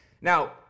Now